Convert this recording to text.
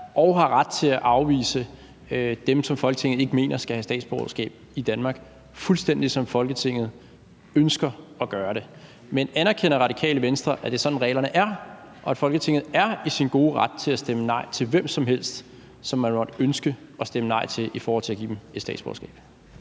har ret til at afvise dem, som man ikke mener skal have statsborgerskab i Danmark, fuldstændig ligesom Folketinget ønsker at gøre det. Men anerkender Radikale Venstre, at det er sådan, reglerne er, og at Folketinget er i sin gode ret til at stemme nej til hvem som helst, som man måtte ønske at stemme nej til i forhold til at give dem et statsborgerskab?